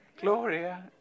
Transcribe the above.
Gloria